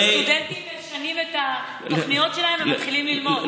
סטודנטים משנים את התוכניות שלהם ומתחלים ללמוד.